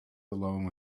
alone